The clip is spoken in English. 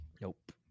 Nope